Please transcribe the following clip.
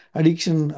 addiction